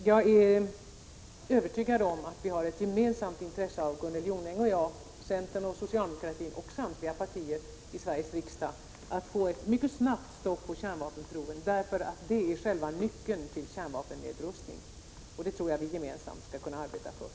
Jag är övertygad om att vi har ett gemensamt intresse, Gunnel Jonäng och jag, centern och socialdemokratin och samtliga partier i Sveriges riksdag, av att få ett mycket snabbt stopp på kärnvapenproven, eftersom det är själva nyckeln till kärnvapennedrustningen. Det tror jag att vi gemensamt skall kunna arbeta för.